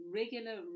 regular